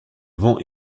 vent